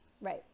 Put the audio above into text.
right